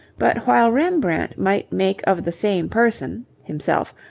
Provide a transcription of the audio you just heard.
but while rembrandt might make of the same person, himself,